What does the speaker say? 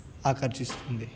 ఆకర్షిస్తుంది